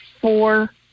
four